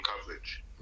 coverage